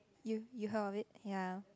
you you heard of it ya